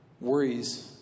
worries